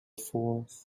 forth